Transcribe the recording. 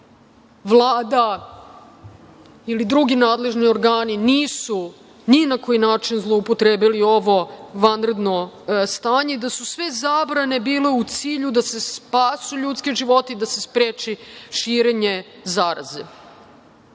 Vlada ili drugi nadležni organi nisu ni na koji način zloupotrebili ovo vanredno stanje i da su zabrane bile u cilju da se spasu ljudski životi, da se spreči širenje zaraze. Vi